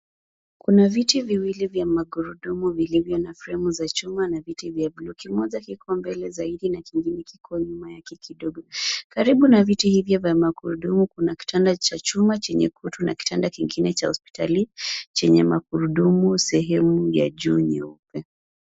Kuna viti viwili vya magurudumu vilivyo na fremu za chuma na viti vya buluu. Kimoja kiko mbele zaidi na kingine kiko nyuma ya kiti kidogo. Karibu na viti hivyo vya magurudumu kuna kitanda cha chuma chenye kutu na kitanda kingine cha hospitali chenye magurudumu sehemu ya juu nyeupe.